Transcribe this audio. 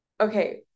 Okay